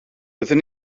byddwn